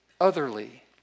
otherly